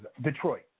Detroit